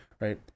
right